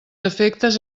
efectes